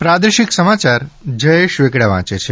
પ્રાદેશિક સમાચાર જયેશ વેગડા વાંચે છે